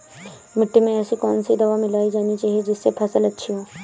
मिट्टी में ऐसी कौन सी दवा मिलाई जानी चाहिए जिससे फसल अच्छी हो?